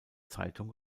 zeitung